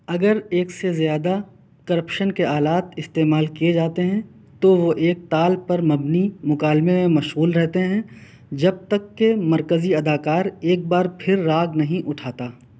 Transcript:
اگر ایک سے زیادہ کرپشن کے آلات استعمال کیے جاتے ہیں تو وہ ایک تال پر مبنی مکالمہ میں مشغول رہتے ہیں جب تک کہ مرکزی اداکار ایک بار پھر راگ نہیں اٹھاتا